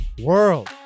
world